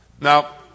Now